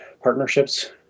partnerships